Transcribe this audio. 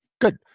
Good